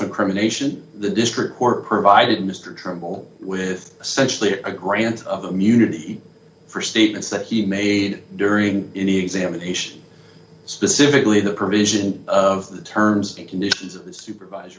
incrimination the district court provided mr turmel with essentially a grant of immunity for statements that he made during any examination specifically the provision of the terms and conditions of the supervis